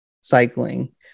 cycling